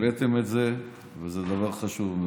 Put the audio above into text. שהעליתם את זה, וזה דבר חשוב מאוד.